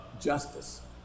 justice